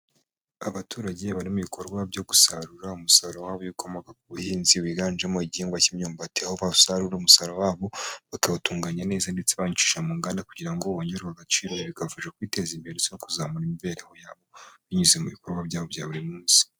Abaturage bari mu bikorwa byo gusarura umusaruro wabo w'ibikomoka ku buhinzi, wiganjemo igihingwa cy'imyumbati, aho basarura umusaruro wabo bakawutunganya neza ndetse banayicisha mu nganda kugira ngo wongererwe agaciro, ibi bikabafasha kwiteza imbere ndetse no kuzamura imibereho yabo binyuze mu bikorwa byabo bya buri munsi.